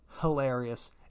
hilarious